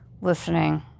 listening